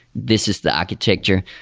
this is the architecture,